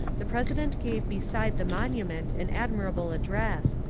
the president gave beside the monument an admirable address,